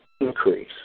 increase